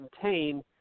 contain